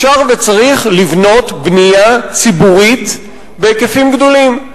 אפשר וצריך לבנות בנייה ציבורית בהיקפים גדולים.